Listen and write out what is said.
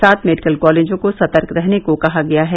सात मेडिकल कॉलेजों को सतर्क रहने को कहा गया है